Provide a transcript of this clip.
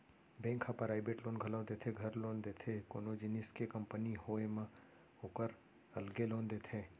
bank ह private loan घलौ देथे, घर लोन देथे, कोनो जिनिस के कंपनी होय म ओकर अलगे लोन देथे